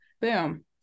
boom